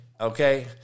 okay